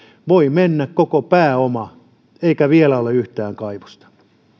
voi mennä koko pääoma eikä vielä ole yhtään kaivosta